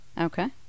Okay